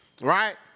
Right